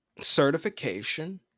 certification